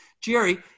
Jerry